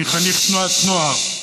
אני חניך תנועת נוער.